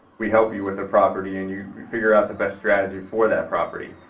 we help you with the property and you figure out the best strategy for that property.